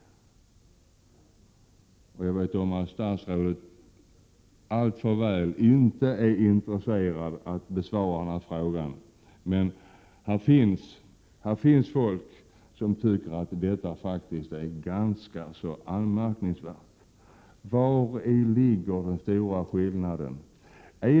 Jag vet alltför väl att statsrådet inte är intresserad av att besvara denna fråga, men det finns människor som faktiskt tycker att detta är anmärkningsvärt. Vari ligger den stora skillnaden?